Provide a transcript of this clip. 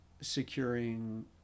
securing